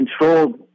controlled